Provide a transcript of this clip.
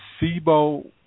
SIBO